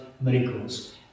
miracles